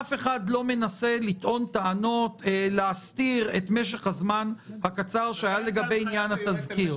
אף אחד לא מנסה להסתיר את משך הזמן הקצר שהיה לגבי עניין התזכיר.